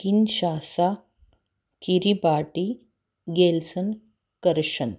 Kinshasa Kiribati गेल्सन कर्षन